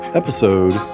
episode